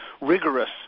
rigorous